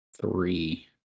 three